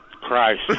Christ